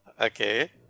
Okay